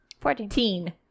Fourteen